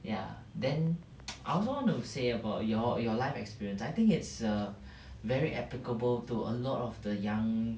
ya then I want to say about your your life experience I think it's err very applicable to a lot of the young